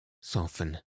soften